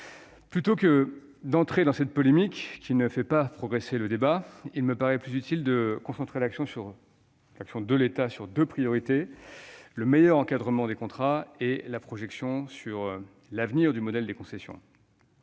Plutôt que d'entrer dans cette polémique qui ne fait pas progresser le débat, il me paraît plus utile de concentrer l'action de l'État sur deux priorités : un meilleur encadrement des contrats et la projection de l'avenir du modèle des concessions.